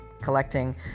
collecting